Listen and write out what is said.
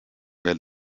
veel